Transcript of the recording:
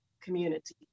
community